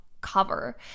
cover